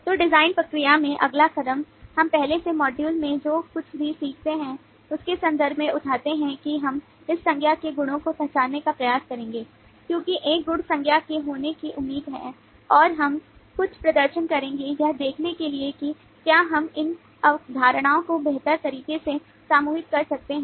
तो डिजाइन में जो कुछ भी सीखते हैं उसके संदर्भ में उठाते हैं कि हम इस संज्ञा के गुणों को पहचानने का प्रयास करेंगे क्योंकि एक गुण संज्ञा के होने की उम्मीद है और हम कुछ प्रदर्शन करेंगे यह देखने के लिए कि क्या हम इन अवधारणाओं को बेहतर तरीके से समूहित कर सकते हैं